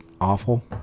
awful